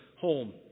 home